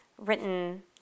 written